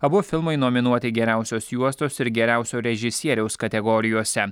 abu filmai nominuoti geriausios juostos ir geriausio režisieriaus kategorijose